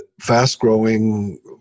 fast-growing